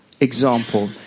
example